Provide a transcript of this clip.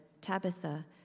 Tabitha